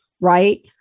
right